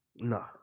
No